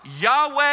Yahweh